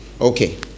Okay